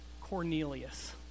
Cornelius